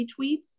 retweets